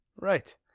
Right